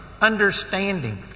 understanding